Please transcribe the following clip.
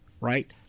right